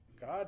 God